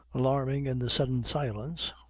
alarming in the sudden silence,